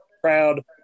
proud